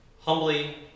humbly